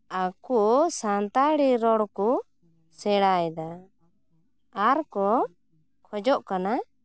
ᱟᱠᱚ ᱥᱟᱱᱛᱟᱲᱤ ᱨᱚᱲ ᱠᱚ ᱥᱮᱬᱟᱭᱮᱫᱟ ᱟᱨ ᱠᱚ ᱠᱷᱚᱡᱚᱜ ᱠᱟᱱᱟ